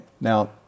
Now